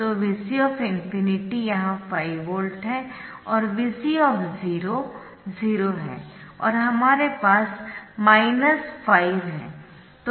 तो Vc ∞ यहां 5 volt है और Vc 0 है और हमारे पास माइनस 5 है